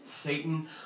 Satan